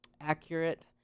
accurate